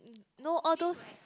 no all those